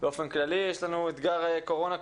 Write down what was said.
באופן כללי, יש לנו את אתגר הקורונה.